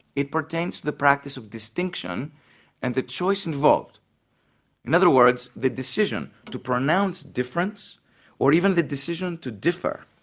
it pertains to the practice of distinction and the choice involved in other words, the decision to pronounce difference or even the decision to differ,